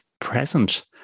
present